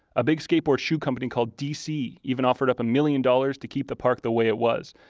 a big skateboard shoe company called dc, even offered up a million dollars to keep the park the way it was,